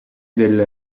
del